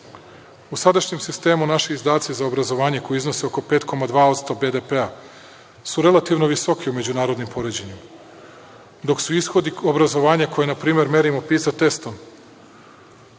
sadašnjem sistemu naši izdaci za obrazovanje, koji iznose oko 5,2% BDP, su relativno visoki u međunarodnim poređenjima, dok su ishodi obrazovanja, na primer, merimo PISA testom,